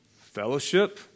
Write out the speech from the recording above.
fellowship